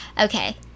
Okay